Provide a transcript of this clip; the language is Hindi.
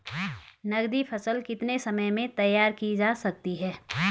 नगदी फसल कितने समय में तैयार की जा सकती है?